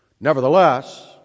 Nevertheless